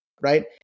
right